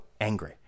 angry